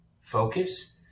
focus